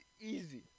easy